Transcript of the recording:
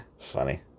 funny